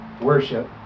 worship